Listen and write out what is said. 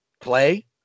play